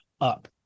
up